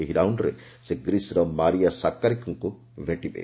ଏହି ରାଉଣ୍ଡରେ ସେ ଗ୍ରୀସ୍ର ମାରିଆ ସାକ୍କାରିଙ୍କୁ ଭେଟିବେ